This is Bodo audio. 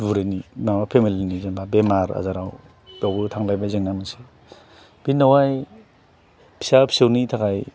बुरैनि माबा फेमिलिनि जेनेबा बेमार आजाराव बेयावबो थांलायबाय जेंना मोनसे बेनि उनावहाय फिसा फिसौनि थाखाय